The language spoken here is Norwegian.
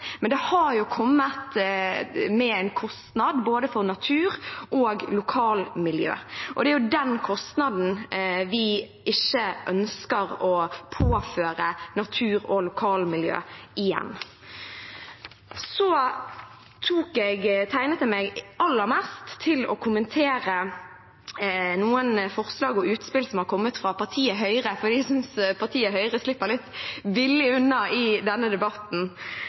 men det har kommet med en kostnad, både for natur og for lokalmiljø. Det er den kostnaden vi ikke ønsker å påføre natur og lokalmiljø igjen. Jeg tegnet meg aller mest for å kommentere noen forslag og utspill som har kommet fra partiet Høyre, for jeg syns partiet Høyre slipper litt billig unna i denne debatten.